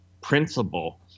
principle